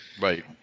right